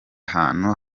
hantu